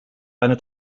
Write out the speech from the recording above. eine